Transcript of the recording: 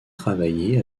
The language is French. travaillé